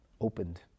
opened